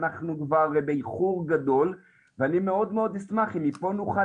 אנחנו כבר באיחור גדול ואני מאוד מאוד אשמח אם מפה נוכל